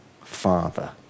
father